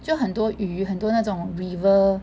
就很多鱼很多那种 river